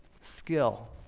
skill